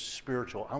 spiritual